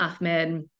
Ahmed